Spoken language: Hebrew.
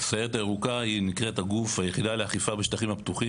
הסיירת הירוקה נקראת "היחידה לאכיפה בשטחים הפתוחים",